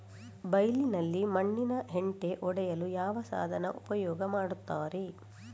ಬೈಲಿನಲ್ಲಿ ಮಣ್ಣಿನ ಹೆಂಟೆ ಒಡೆಯಲು ಯಾವ ಸಾಧನ ಉಪಯೋಗ ಮಾಡುತ್ತಾರೆ?